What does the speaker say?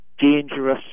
dangerous